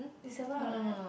is seven what right